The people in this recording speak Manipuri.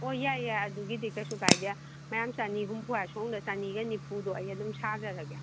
ꯑꯣ ꯌꯥꯏ ꯌꯥꯏ ꯑꯗꯨꯒꯤꯗꯤ ꯀꯔꯤꯁꯨ ꯀꯥꯏꯗꯦ ꯃꯌꯥꯝ ꯆꯅꯤ ꯍꯨꯝꯐꯨ ꯍꯥꯏ ꯁꯣꯝꯗ ꯆꯅꯤꯒ ꯅꯤꯐꯨꯗꯣ ꯑꯩ ꯑꯗꯨꯝ ꯁꯥꯖꯔꯒꯦ